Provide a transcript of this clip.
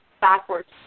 backwards